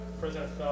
president